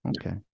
Okay